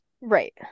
Right